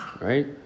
right